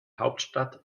hauptstadt